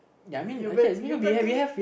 you prac~ you practically